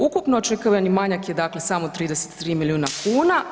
Ukupno očekivani manjak je dakle samo 33 milijuna kuna.